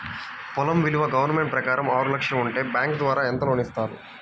పొలం విలువ గవర్నమెంట్ ప్రకారం ఆరు లక్షలు ఉంటే బ్యాంకు ద్వారా ఎంత లోన్ ఇస్తారు?